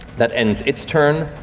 that ends its turn.